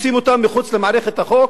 מוציאים אותם מחוץ למערכת החוק,